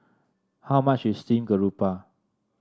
how much is Steamed Garoupa